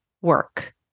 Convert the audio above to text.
work